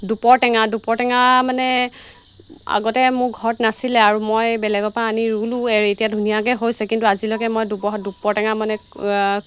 দুপৰটেঙা দুপৰটেঙা মানে আগতে মোৰ ঘৰত নাছিলে আৰু মই বেলেগৰপৰা আনি ৰুলোঁ আৰু এতিয়া ধুনীয়াকৈ হৈছে কিন্তু আজিলৈকে মই দুপৰ দুপৰ টেঙা মানে